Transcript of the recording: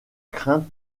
crainte